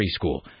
preschool